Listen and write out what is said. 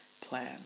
plan